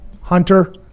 Hunter